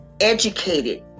educated